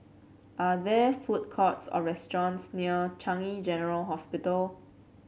are there food courts or restaurants near Changi General Hospital